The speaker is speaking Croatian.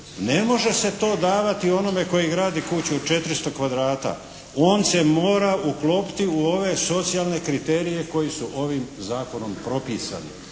ne može se to davati onome koji gradi kuću od 400 kvadrata. On se mora uklopiti u ove socijalne kriterije koji su ovim zakonom propisani.